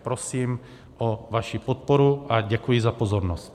Prosím o vaši podporu a děkuji za pozornost.